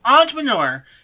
entrepreneur